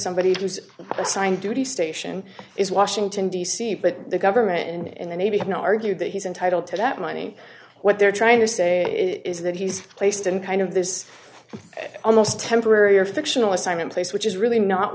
somebody whose assigned duty station is washington d c but the government and the navy can argue that he's entitled to that money what they're trying to say is that he's placed in kind of this almost temporary or fictional assignment place which is really not